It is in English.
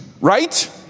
right